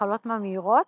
במחלות ממאירות